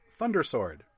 Thundersword